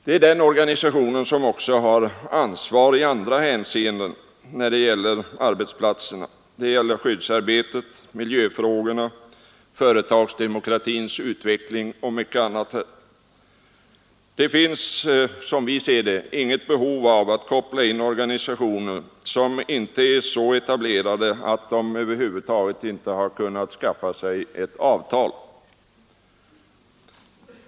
Det är också den organisationen som har ansvar i andra hänseenden när det gäller arbetsplatserna: skyddsarbetet, miljöfrågorna, företagsdemokratins utveckling och mycket annat. Det finns, som vi ser det, inget behov av att koppla in organisationer som inte är så etablerade att de ens kunnat skaffa sig ett avtal.